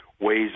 ways